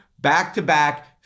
back-to-back